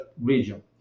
region